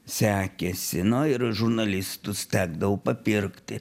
sekėsi na ir žurnalistus tekdavo papirkti